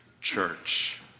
church